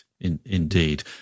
Indeed